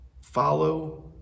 follow